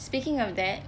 speaking of that